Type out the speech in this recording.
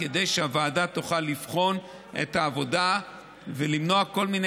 כדי שהוועדה תוכל לבחון את העבודה ולמנוע כל מיני